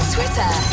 Twitter